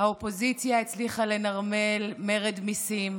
שהאופוזיציה הצליחה לנרמל מרד מיסים,